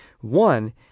One